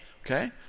Okay